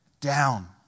down